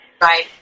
Right